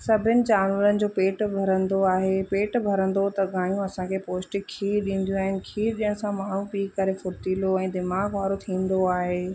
सभिनि जानवरनि जो पेट भरंदो आहे पेट भरंदो त गांहियूं असांखे पोष्टिक खीर ॾींदियूं आहिनि खीर ॾियण सां माण्हू पी करे फुर्तीलो ऐं दिमाग़ वारो थींदो आहे